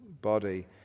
body